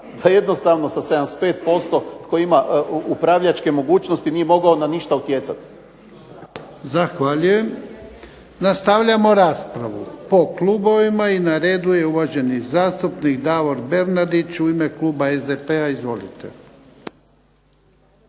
jednostavno sa 75% tko ima upravljačke mogućnosti nije mogao na ništa utjecati. **Jarnjak, Ivan (HDZ)** Zahvaljujem. Nastavljamo raspravu po klubovima i na redu je uvaženi zastupnik Davor Bernardić u ime kluba SDP-a. Izvolite.